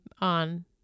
on